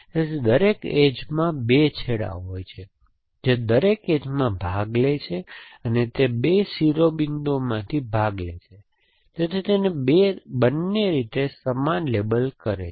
તેથી દરેક એજમાં 2 છેડા હોય છે તે દરેક એજમાં ભાગ લે છે તે 2 શિરોબિંદુઓમાં ભાગ લે છે તેથી તે બંને રીતે સમાન લેબલ કરે છે